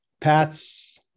Pat's